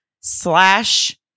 slash